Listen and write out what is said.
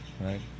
Right